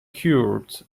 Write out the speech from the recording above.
cured